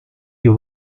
you